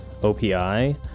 OPI